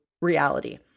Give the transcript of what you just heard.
reality